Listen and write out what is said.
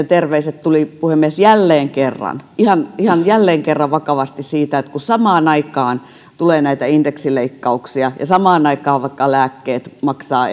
terveiset tulivat puhemies jälleen kerran jälleen kerran ihan vakavasti siitä että kun samaan aikaan tulee näitä indeksileikkauksia ja samaan aikaan vaikka lääkkeet maksavat